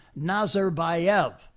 Nazarbayev